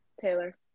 Taylor